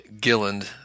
Gilland